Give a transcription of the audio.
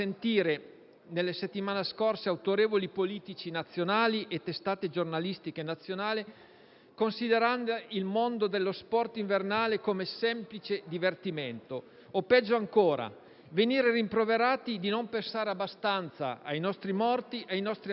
nelle settimane scorse autorevoli politici e testate giornalistiche nazionali considerare il mondo dello sport invernale come semplice divertimento, o - peggio ancora - venire rimproverati di non pensare abbastanza ai nostri morti e ammalati.